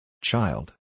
Child